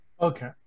Okay